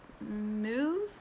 move